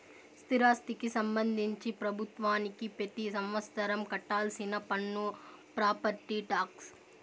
స్థిరాస్తికి సంబంధించి ప్రభుత్వానికి పెతి సంవత్సరం కట్టాల్సిన పన్ను ప్రాపర్టీ టాక్స్